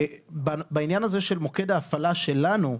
בעניין הזה של מוקד ההפעלה שלנו,